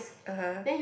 uh-huh